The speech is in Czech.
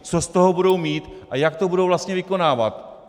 Co z toho budou mít a jak to budou vlastně vykonávat?